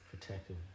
Protective